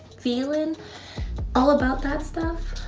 feeling all about that stuff.